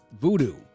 Voodoo